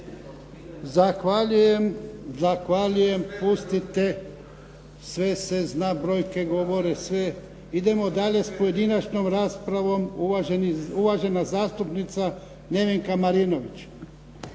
Zahvaljujem. Pustite, sve se zna, brojke govore sve. Idemo dalje sa pojedinačnom raspravom uvažena zastupnica Nevenka Marinović.